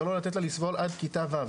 ולא לתת לה לסבול עד כיתה ו'.